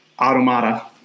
automata